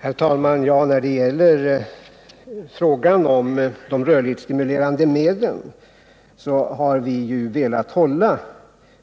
Herr talman! När det gäller frågan om de rörlighetsstimulerande medlen har vi accepterat att hålla